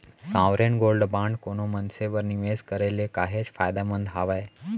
sovereign gold bond कोनो मनसे बर निवेस करे ले काहेच फायदामंद हावय